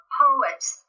poets